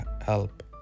help